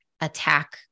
attack